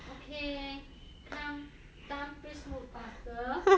okay come time please move faster